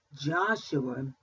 Joshua